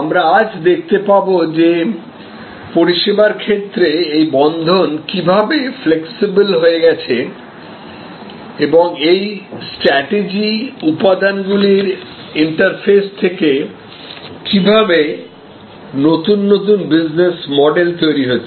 আমরা আজ দেখতে পাব যে পরিষেবার ক্ষেত্রে এই বন্ধন কিভাবে ফ্লেক্সিবেল হয়ে গেছে এবং এই স্ট্র্যাটেজি উপাদানগুলির ইন্টারফেস থেকে কিভাবে নতুন নতুন বিজনেস মডেল তৈরি হচ্ছে